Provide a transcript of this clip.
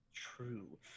True